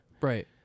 Right